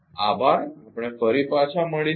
આભાર આપણે પાછા મળીશું